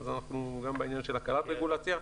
אנחנו גם בעניין של הקלת רגולציה.